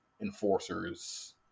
enforcers